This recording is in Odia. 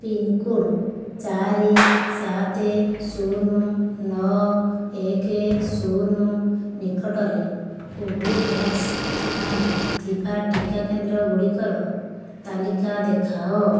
ପିନ୍କୋଡ଼୍ ଚାରି ସାତ ଶୂନ ନଅ ଏକ ଶୂନ ନିକଟରେ କୋର୍ବଭ୍ୟାକ୍ସ ପାଇଁ ଥିବା ଟିକା କେନ୍ଦ୍ର ଗୁଡ଼ିକର ତାଲିକା ଦେଖାଅ